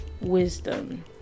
wisdom